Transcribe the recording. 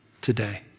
today